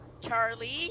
Charlie